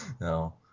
no